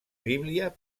bíblia